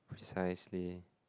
precisely